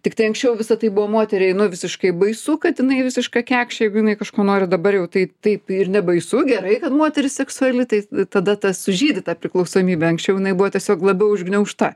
tiktai anksčiau visa tai buvo moteriai nu visiškai baisu kad jinai visiška kekšė jeigu jinai kažko nori dabar jau tai taip ir nebaisu gerai kad moteris seksuali tai tada tas sužydi ta priklausomybė anksčiau jinai buvo tiesiog labiau užgniaužta